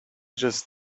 just